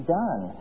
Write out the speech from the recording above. done